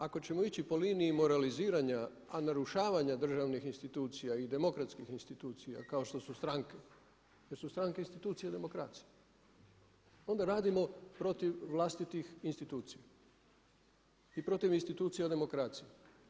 Ako ćemo ići po liniji moraliziranja a narušavanja državnih institucija i demokratskih institucija kao što su stranke, jer su stranke institucije demokracije, onda radimo protiv vlastitih institucija i protiv institucija demokracije.